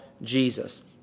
Jesus